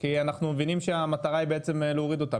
כי אנחנו מבינים שהמטרה היא בעצם להוריד אותם,